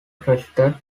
crested